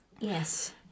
Yes